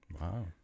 Wow